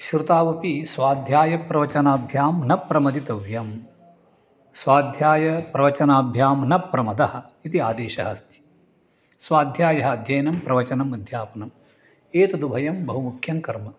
श्रुतावपि स्वाध्यायप्रवचनाभ्यां न प्रमथितव्यं स्वाध्यायप्रवचनाभ्यां न प्रमादः इति आदेशः अस्ति स्वाध्यायः अध्ययनं प्रवचनम् अध्यापनम् एतदुभयं बहु मुख्यङ्कर्म